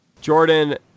Jordan